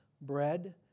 bread